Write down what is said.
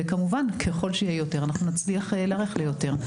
כמובן, ככל שיהיה יותר, נצליח להיערך ליותר.